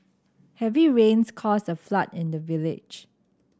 heavy rains caused a flood in the village